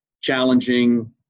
challenging